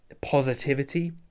positivity